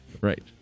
Right